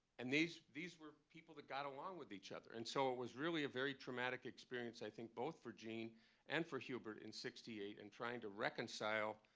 and these these were people that got along with each other. and so it was really a very traumatic experience, i think, both for gene and for hubert in sixty eight, in and trying to reconcile